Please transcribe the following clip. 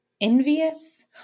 envious